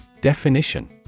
Definition